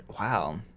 Wow